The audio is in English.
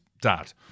dad